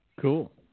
Cool